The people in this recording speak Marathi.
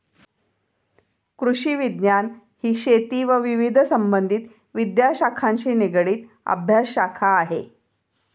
कृषिविज्ञान ही शेती व विविध संबंधित विद्याशाखांशी निगडित अभ्यासशाखा आहे